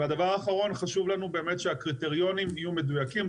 ודבר אחרון, חשוב לנו שהקריטריונים יהיו מדויקים.